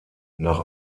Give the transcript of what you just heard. nach